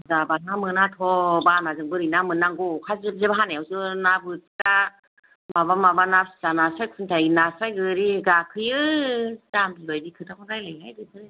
जाबाथा मोनाथ' बानाजों बोरै ना मोननांगौ अखा जेब जेब हानायावसो ना बोथिया माबा माबा ना फिसा नास्राय खुन्थाय नास्राय गोरि गाखोयो जामबि बादि खोथाखौ रायलायोहाय बेफोरो